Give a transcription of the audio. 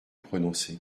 prononcé